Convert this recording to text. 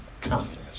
confidence